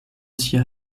sia